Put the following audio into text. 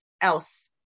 else